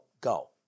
go